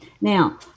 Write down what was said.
Now